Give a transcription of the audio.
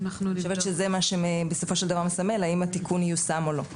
אני חושבת שזה מה שבסופו של דבר מסמל האם התיקון יושם או לא.